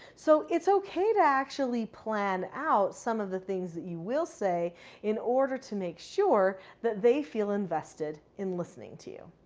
so, it's okay to actually plan out some of the things that you will say in order to make sure that they feel invested in listening to you.